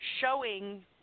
showing